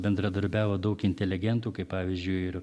bendradarbiavo daug inteligentų kaip pavyzdžiui ir